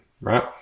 right